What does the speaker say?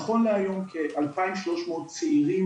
נכון להיום כאלפיים שלוש מאות צעירים